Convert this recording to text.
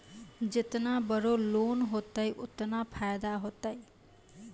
जेतना बड़ो लोन होतए ओतना फैदा होतए